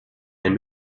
ein